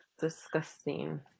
disgusting